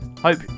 Hope